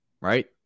right